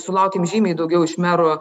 sulaukėm žymiai daugiau iš merų